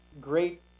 great